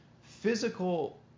physical